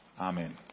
Amen